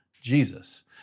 Jesus